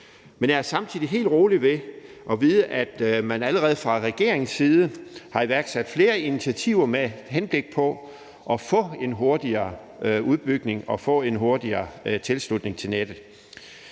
Men jeg er samtidig helt rolig ved at vide, at man fra regeringens side allerede har iværksat flere initiativer med henblik på at få en hurtigere udbygning og hurtigere tilslutning til nettet.